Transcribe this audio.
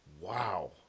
wow